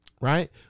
right